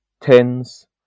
tens